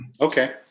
okay